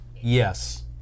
Yes